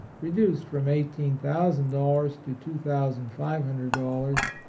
reduced from eighteen thousand dollars to two thousand five hundred dollars,